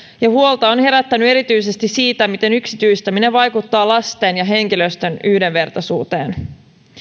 ja huolta on herättänyt erityisesti se miten yksityistäminen vaikuttaa lasten ja henkilöstön yhdenvertaisuuteen